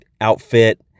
outfit